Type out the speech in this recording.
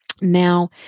Now